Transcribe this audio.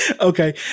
Okay